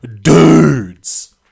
dudes